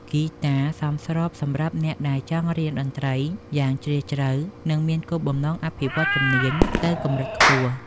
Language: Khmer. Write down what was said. ហ្គីតាសមស្របសម្រាប់អ្នកដែលចង់រៀនតន្ត្រីយ៉ាងជ្រាលជ្រៅ និងមានគោលបំណងអភិវឌ្ឍជំនាញទៅកម្រិតខ្ពស់។